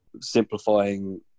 simplifying